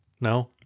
No